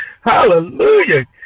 Hallelujah